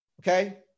Okay